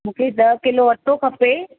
मूंखे ॾह किलो अटो खपे